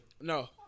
No